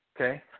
Okay